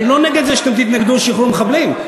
אני לא נגד זה שאתם תתנגדו לשחרור מחבלים,